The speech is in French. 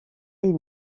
est